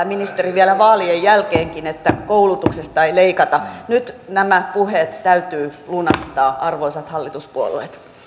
ministeri vielä vaalien jälkeenkin että koulutuksesta ei leikata nyt nämä puheet täytyy lunastaa arvoisat hallituspuolueet